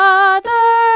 Father